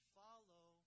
follow